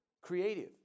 creative